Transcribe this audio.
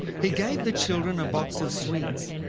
he gave the children a box of sweets.